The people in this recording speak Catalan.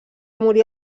morir